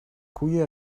koeien